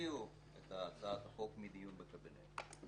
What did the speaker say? והסירו את הצעת החוק מדיון בקבינט.